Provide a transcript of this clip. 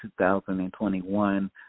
2021